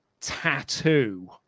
tattoo